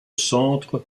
centre